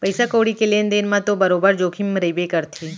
पइसा कउड़ी के लेन देन म तो बरोबर जोखिम रइबे करथे